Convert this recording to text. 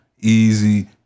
Easy